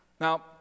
now